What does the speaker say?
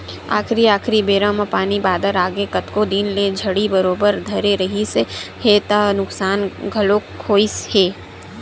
आखरी आखरी बेरा म पानी बादर आगे कतको दिन ले झड़ी बरोबर धरे रिहिस हे त नुकसान घलोक होइस हे